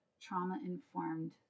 trauma-informed